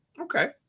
Okay